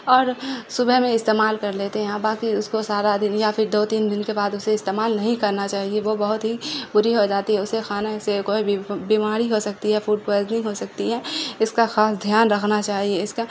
اور صبح میں استعمال کر لیتے ہیں اور باقی اس کو سارا دن یا پھر دو تین دن کے بعد اسے استعمال نہیں کرنا چاہیے وہ بہت ہی بری ہو جاتی ہے اسے کھانے سے کوئی بھی بیماری ہو سکتی ہے فوڈ پوائزننگ ہو سکتی ہے اس کا خاص دھیان رکھنا چاہیے اس کا